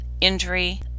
injury